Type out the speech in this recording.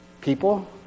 People